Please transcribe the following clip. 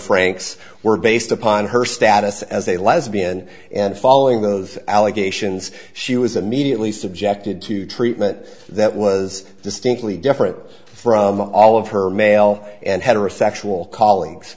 franks were based upon her status as a lesbian and following those allegations she was immediately subjected to treatment that was distinctly different from all of her male and heterosexual colleagues